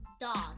dog